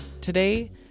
Today